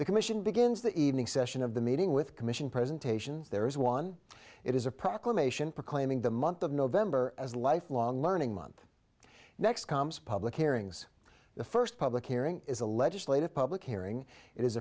the commission begins the evening session of the meeting with commission presentations there is one it is a proclamation proclaiming the month of november as lifelong learning month next comes public hearings the first public hearing is a legislative public hearing it is